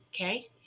okay